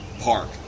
park